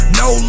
no